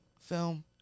film